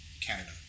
Canada